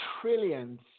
trillions